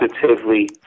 positively